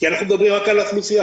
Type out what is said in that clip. כי אנחנו מדברים רק על האוכלוסייה.